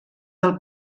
del